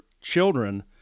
children